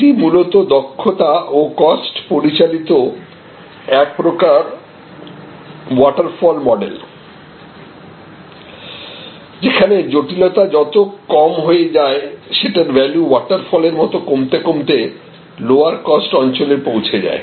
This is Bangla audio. এটা মূলত দক্ষতা এবং কস্ট পরিচালিত এক প্রকার ওয়াটারফল মডেল যেখানে জটিলতা যত কম হয়ে যায় সেটার ভ্যালু ওয়াটারফল এর মত কমতে কমতে লোয়ার কস্ট অঞ্চলে পৌঁছে যায়